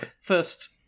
first